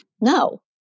no